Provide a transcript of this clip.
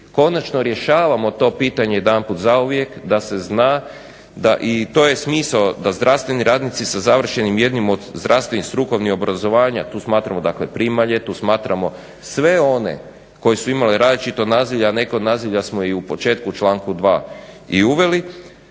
konačno rješavamo to pitanje jedanput zauvijek da se zna i to je smisao da zdravstveni radnici sa završenim jednim od zdravstvenih strukovnih obrazovanja, tu smatramo dakle primalje, tu smatramo sve one koji su imali različito nazivlje, a neke od nazivlja smo i u početku u članku 2. i uveli